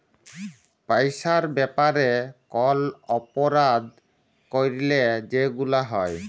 পইসার ব্যাপারে কল অপরাধ ক্যইরলে যেগুলা হ্যয়